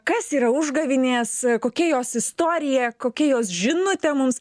kas yra užgavėnės kokia jos istorija kokia jos žinutė mums